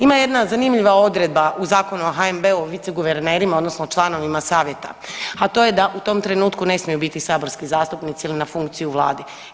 Ima jedna zanimljiva odredba u Zakonu o NHB-u viceguvernerima odnosno članovima savjeta, a to je da u tom trenutku ne smiju biti saborski zastupnici ili na funkciji na vladi.